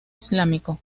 islámico